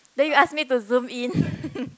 then you ask me to zoom in